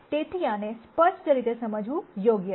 તેથી આને સ્પષ્ટ રીતે સમજવું યોગ્ય છે